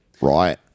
right